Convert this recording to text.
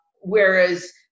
Whereas